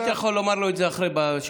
היית יכול לומר לו את זה אחרי כן,